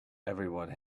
everyone